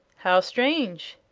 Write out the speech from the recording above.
how strange!